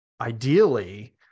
ideally